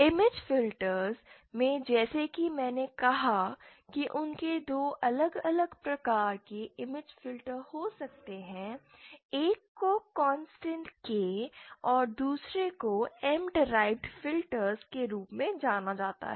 image filters में जैसा कि मैंने कहा कि उनके दो अलग अलग प्रकार के इमेज फिल्टर हो सकते हैं एक को कॉन्स्टेंट K और दूसरे को M डीराइव्ड फिल्टर के रूप में जाना जाता है